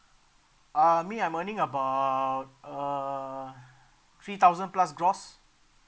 um me I'm earning about err three thousand plus gross